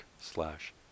slash